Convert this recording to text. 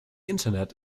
internet